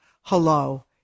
hello